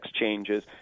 changes